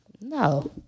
No